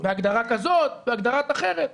בהגדרה כזאת, בהגדרה אחרת.